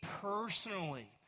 personally